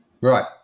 Right